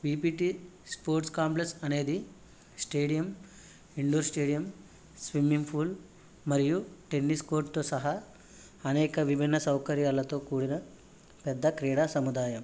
PPT sports complex అనేది stadium indoor stadium swimming pool మరియు tennis కోర్ట్తో సహా అనేక విభిన సౌకర్యాలతో కూడిన పెద్ద క్రీడా సముదాయం